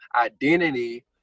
identity